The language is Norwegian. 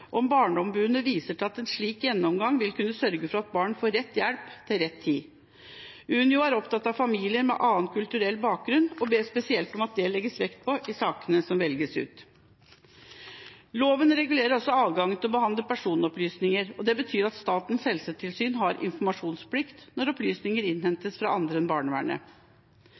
Barneombudet viser til at en slik gjennomgang vil kunne sørge for at barn får rett hjelp til rett tid. UNIO er opptatt av familier med annen kulturell bakgrunn, og ber spesielt om at dette legges vekt på i sakene som velges ut. Loven regulerer også adgangen til å behandle personopplysninger. Det betyr at Statens helsetilsyn har informasjonsplikt når opplysninger innhentes fra andre enn barnevernet.